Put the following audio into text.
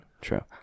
True